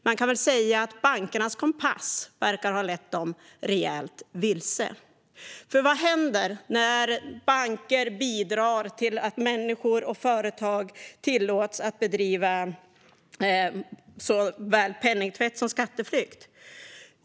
Man kan väl säga att bankernas kompass verkar ha lett dem rejält vilse, för vad händer när banker bidrar till att människor och företag tillåts bedriva såväl penningtvätt som skatteflykt?